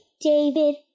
David